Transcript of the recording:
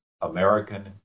American